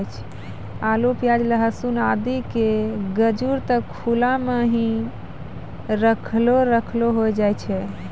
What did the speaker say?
आलू, प्याज, लहसून आदि के गजूर त खुला मॅ हीं रखलो रखलो होय जाय छै